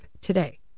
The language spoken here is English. today